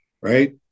right